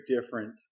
different